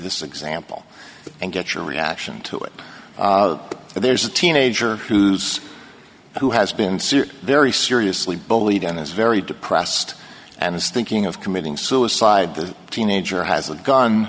this example and get your reaction to it there's a teenager who's who has been very seriously bullied and is very depressed and is thinking of committing suicide the teenager has a gun